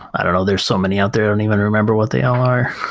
i don't know, there's so many out there i don't even remember what they all are